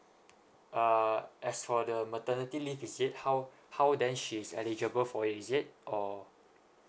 uh as for the maternity leave is it how how then she's eligible for is it or